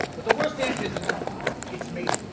but the worst answer isn't no it's maybe.